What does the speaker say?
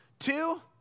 Two